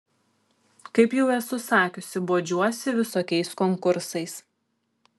kaip jau esu sakiusi bodžiuosi visokiais konkursais